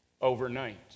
overnight